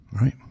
right